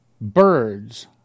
Birds